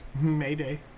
Mayday